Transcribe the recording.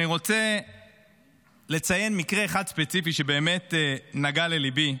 אני רוצה לציין מקרה אחד ספציפי שבאמת נגע לליבי,